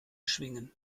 schwingen